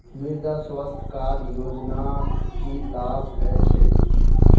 मृदा स्वास्थ्य कार्ड योजनात की लाभ ह छेक